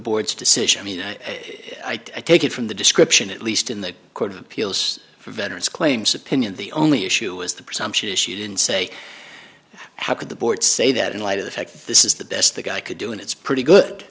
board's decision i mean i i take it from the description at least in the court of appeals for veterans claims opinion the only issue is the presumption is she didn't say how could the board say that in light of the fact this is the best the guy could do and it's pretty good